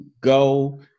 go